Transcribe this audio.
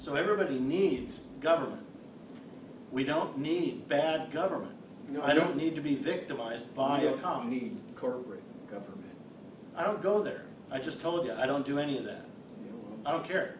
so everybody needs government we don't need bad government you know i don't need to be victimized by corporate government i don't go there i just told you i don't do any of that i don't care